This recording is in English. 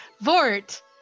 Vort